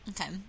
Okay